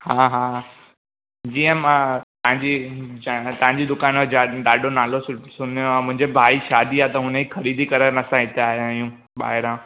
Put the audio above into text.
हा हा जीअं मां तव्हांजी तव्हां तव्हांजी दुकान जो ॾाढो नालो सुठ सुणियो आहे मुंहिंजे भाउ जी शादी आहे त हुन जी ख़रीदी करण असां हिते आया आहियूं ॿाहिरां